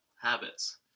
habits